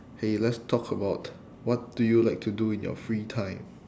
hey let's talk about what do you like to do in your free time